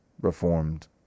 reformed